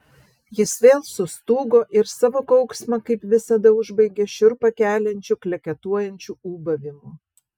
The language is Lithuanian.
jis vėl sustūgo ir savo kauksmą kaip visada užbaigė šiurpą keliančiu kleketuojančiu ūbavimu